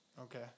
Okay